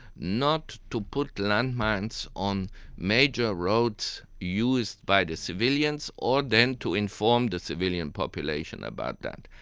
not to put landmines on major roads used by the civilians, or then to inform the civilian population about that.